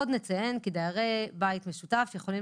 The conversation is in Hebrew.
עוד נציין כי דיירי בית משותף יכולים